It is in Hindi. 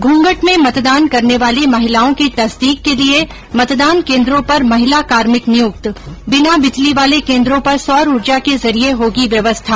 घूंघट में मतदान करने वाली महिलाओं की तस्दीक के लिए मतदान केन्द्रों पर महिला कार्मिक नियुक्त बिना बिजली वाले केन्द्रों पर सौर ऊर्जा के जरिए होगी व्यवस्था